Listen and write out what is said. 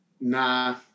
Nah